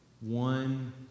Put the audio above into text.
one